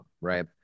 Right